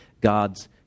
God's